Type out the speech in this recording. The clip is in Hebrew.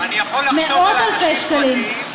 מאות-אלפי שקלים.